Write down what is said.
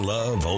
Love